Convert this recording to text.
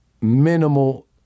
minimal